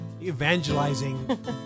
evangelizing